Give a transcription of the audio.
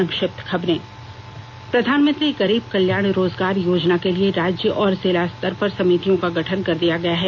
संक्षिप्त खबरें प्रधानमंत्री गरीब कल्याण रोजगार योजना के लिए राज्य और जिलास्तर पर समितियों का गठन कर दिया गया है